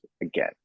again